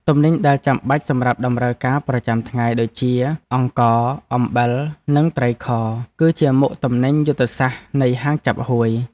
ទំនិញដែលចាំបាច់សម្រាប់តម្រូវការប្រចាំថ្ងៃដូចជាអង្ករ អំបិល និងត្រីខ គឺជាមុខទំនិញយុទ្ធសាស្ត្រនៃហាងចាប់ហួយ។